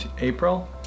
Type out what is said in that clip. April